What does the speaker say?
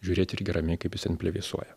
žiūrėti irgi ramiai kaip jis ten plevėsuoja